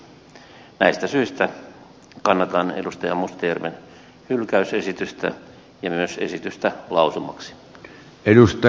näistä syistä kannatan edustaja mustajärven hylkäysesitystä ja myös esitystä lausumaksi